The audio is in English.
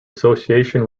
association